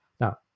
now